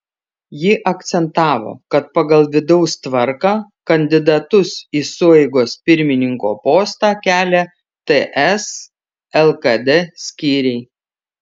ji akcentavo kad pagal vidaus tvarką kandidatus į sueigos pirmininko postą kelia ts lkd skyriai